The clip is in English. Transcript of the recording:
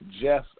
Jeff